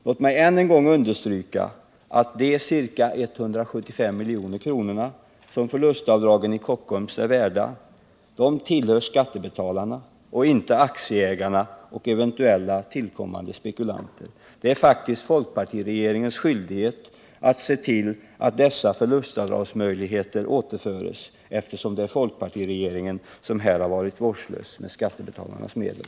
Låt mig än en gång understryka att de ca 175 milj.kr. som förlustavdragen i Kockums är värda tillhör skattebetalarna och inte aktieägarna eller eventuellt tillkommande spekulanter. Det är faktiskt folkpartiregeringens skyldighet att se till att dessa förlustavdragsmöjligheter återförs, eftersom det är folkpartiregeringen som här varit vårdslös med skattebetalarnas medel.